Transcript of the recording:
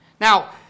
Now